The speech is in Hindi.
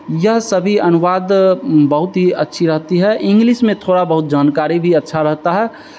यह सभी अनुवाद बहुत ही अच्छी रहती है ईंग्लीस में थोड़ा बहुत जानकारी भी अच्छा रहता है